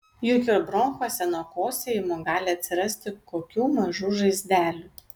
juk ir bronchuose nuo kosėjimo gali atsirasti kokių mažų žaizdelių